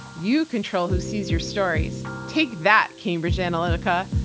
you control who sees your stories. take that cambridge analytica.